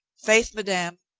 faith, madame,